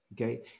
okay